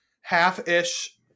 half-ish